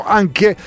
anche